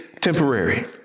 temporary